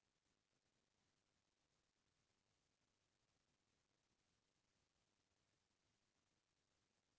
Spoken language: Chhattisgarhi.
आज के बेरा म सबे कोती पइसा के नांव म धोखा देय वाले काम ह बरोबर चलत हे